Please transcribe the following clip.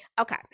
okay